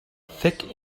thick